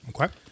Okay